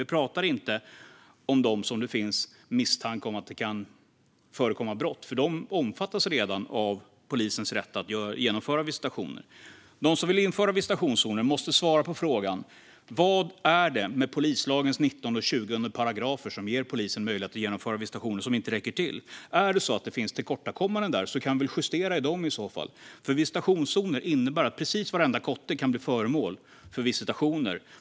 Vi talar inte bara om personer som man misstänker för brott, för de omfattas redan av polisens rätt att genomföra visitationer. De som vill införa visitationszoner måste svara på vad det är som inte räcker till med polislagens 19 och 20 §, som ger polisen möjlighet att genomföra visitationer. Om det finns tillkortakommanden där kan vi justera dem. Visitationszoner innebär att precis varenda kotte kan blir föremål för visitationer.